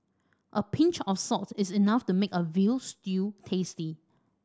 a pinch of salt is enough to make a veal stew tasty